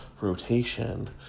rotation